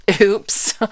Oops